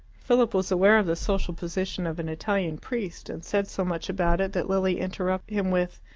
philip was aware of the social position of an italian priest, and said so much about it that lilia interrupted him with,